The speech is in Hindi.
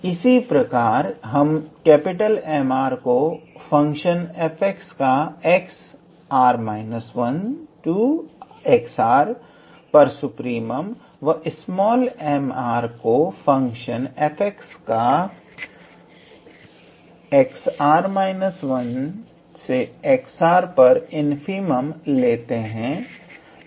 इसी प्रकार हम 𝑀𝑟 को फंक्शन f का 𝑥𝑟−1𝑥𝑟 पर सुप्रीमम व 𝑚𝑟 को फंक्शन f का 𝑥𝑟−1𝑥𝑟 पर इनफीमम लेते हैं